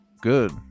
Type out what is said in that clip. good